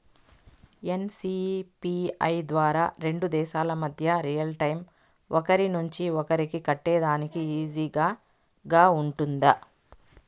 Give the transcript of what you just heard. NCPI ద్వారా రెండు దేశాల మధ్య రియల్ టైము ఒకరి నుంచి ఒకరికి కట్టేదానికి ఈజీగా గా ఉంటుందా?